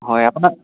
হয় আপোনাক